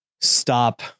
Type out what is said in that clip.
stop